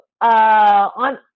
on